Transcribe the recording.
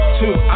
two